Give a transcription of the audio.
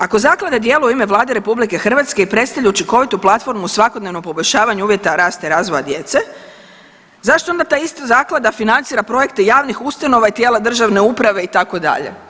Ako zaklada djeluje u ime Vlade RH i predstavlja učinkovitu platformu u svakodnevnom poboljšavanju uvjeta rasta i razvoja djece, zašto onda ta ista zaklada financira projekte javnih ustanova i tijela državne uprave itd.